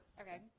Okay